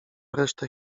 resztę